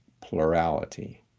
plurality